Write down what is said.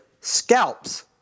scalps